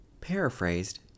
Paraphrased